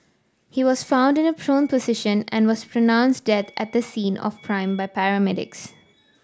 he was found in a prone position and was pronounced dead at the scene of prime by paramedics